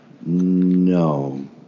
No